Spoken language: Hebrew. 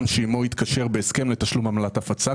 שעימו התקשר בהסכם לתשלום עמלת הפצה.